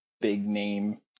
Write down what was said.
big-name